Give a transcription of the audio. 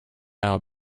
hour